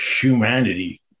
humanity